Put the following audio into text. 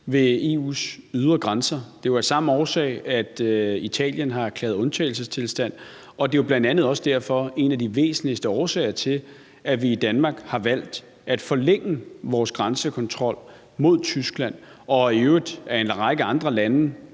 ved EU's ydre grænser. Det er af samme årsag, at Italien har erklæret undtagelsestilstand, og det er jo bl.a. også derfor en af de væsentligste årsager til, at vi i Danmark har valgt at forlænge vores grænsekontrol mod Tyskland, og at en række andre lande